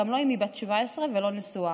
גם לא אם היא בת 17 ולא נשואה".